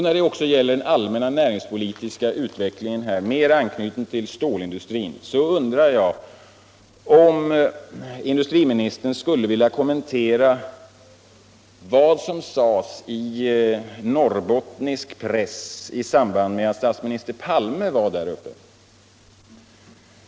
När det gäller den allmänna näringspolitiken med anknytning till stålindustrin undrar jag om industriministern skulle vilja kommendera vad Norrbottens-Kuriren skrev i samband med att statsminister Palme besökte Norrbotten.